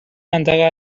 منطقه